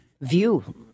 view